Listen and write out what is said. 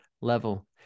level